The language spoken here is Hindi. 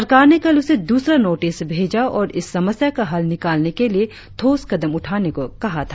सरकार ने कल उसे द्रसरा नोटिस भेजा और इस समस्या का हल निकालने के लिए ठोस कदम उठाने को कहा था